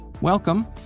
Welcome